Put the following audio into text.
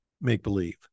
make-believe